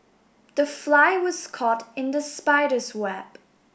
the fly was caught in the spider's web